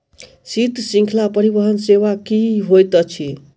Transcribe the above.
शीत श्रृंखला परिवहन सेवा की होइत अछि?